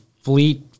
Fleet